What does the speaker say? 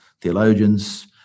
theologians